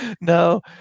no